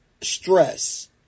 stress